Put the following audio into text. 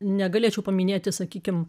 negalėčiau paminėti sakykim